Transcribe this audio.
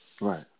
Right